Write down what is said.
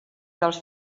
dels